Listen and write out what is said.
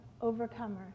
overcomer